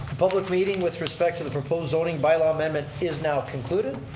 public meeting with respect to the proposed zoning by-law amendment is now concluded.